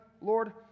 Lord